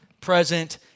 present